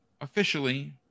officially